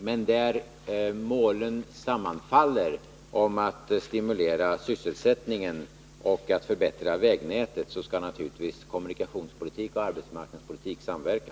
Men där målen sammanfaller, att stimulera sysselsättningen och att förbättra vägnätet, skall naturligtvis kommunikationspolitik och arbetsmarknadspolitik samverka.